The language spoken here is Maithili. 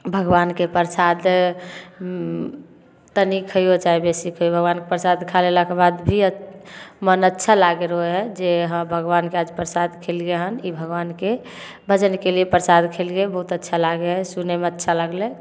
भगवानके परसाद तनि खइऔ चाहे बेसी खइऔ भगवानके परसाद खा लेलाके बाद भी मोन अच्छा लागै रहै हइ जे हँ भगवानके आज परसाद खेलिए हन ई भगवानके भजन केलिए परसाद खेलिए बहुत अच्छा लागै हइ सुनैमे अच्छा लगलै